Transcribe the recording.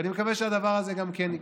ואני מקווה שהדבר הזה גם יקרה.